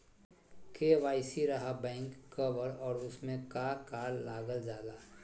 KYC रहा back cover और उसमें का का लागल जाला?